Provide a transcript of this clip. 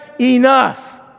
enough